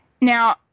Now